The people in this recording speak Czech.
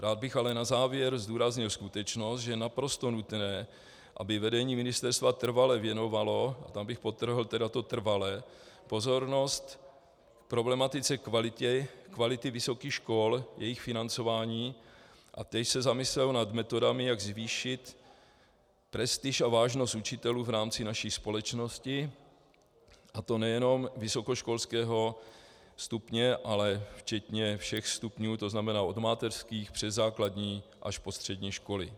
Rád bych ale na závěr zdůraznil skutečnost, že je naprosto nutné, aby vedení ministerstva trvale věnovalo, tam bych podtrhl to trvale, pozornost problematice kvality vysokých škol, jejich financování a též se zamyslelo nad metodami, jak zvýšit prestiž a vážnost učitelů v rámci naší společnosti, a to nejenom vysokoškolského stupně, ale včetně všech stupňů, to znamená od mateřských přes základní až po střední školy.